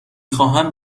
خواهم